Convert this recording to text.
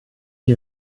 die